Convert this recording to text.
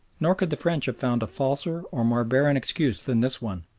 nor could the french have found a falser or more barren excuse than this one.